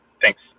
Thanks